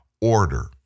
order